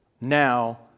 now